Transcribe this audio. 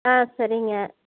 ஆ சரிங்க